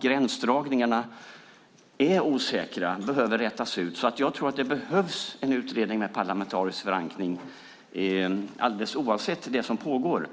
Gränsdragningarna är osäkra och behöver rätas ut. Jag tror alltså att det behövs en utredning med parlamentarisk förankring alldeles oavsett det som pågår.